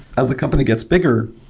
as the company gets bigger,